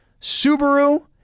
Subaru